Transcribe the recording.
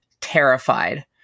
terrified